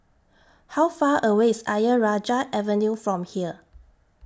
How Far away IS Ayer Rajah Avenue from here